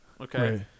Okay